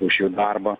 iš jų darbo